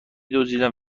دزدیدم